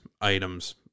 items